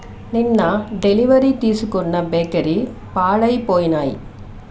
నిన్న డెలివరీ తీసుకున్న బేకరీ పాడైపోయినాయి